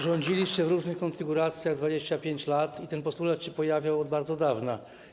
Rządziliście w różnych konfiguracjach 25 lat i ten postulat się pojawiał od bardzo dawna.